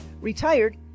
retired